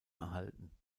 erhalten